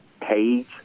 page